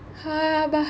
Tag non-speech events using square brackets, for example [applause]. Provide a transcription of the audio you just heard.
[noise]